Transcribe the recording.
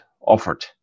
offered